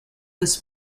was